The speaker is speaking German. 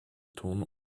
tun